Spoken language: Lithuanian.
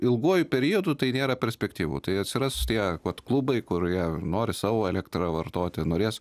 ilguoju periodu tai nėra perspektyvu tai atsiras tie vat klubai kurie nori savo elektrą vartoti norės